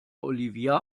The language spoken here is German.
olivia